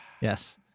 Yes